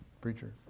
Preacher